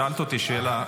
שאלת אותי שאלה,